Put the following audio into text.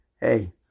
hey